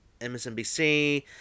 MSNBC